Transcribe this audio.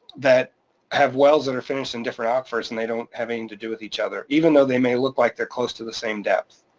that have wells that are finished in different aquifers, and they don't have anything to do with each other, even though they may look like they're close to the same depth.